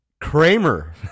Kramer